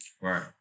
Right